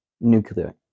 Nuclear